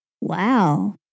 Wow